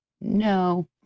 No